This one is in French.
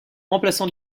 remplaçant